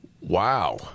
wow